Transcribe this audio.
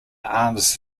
arms